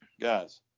Guys